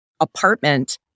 apartment